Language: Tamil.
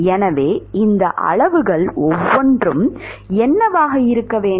எனவே இந்த அளவுகள் ஒவ்வொன்றும் என்னவாக இருக்க வேண்டும்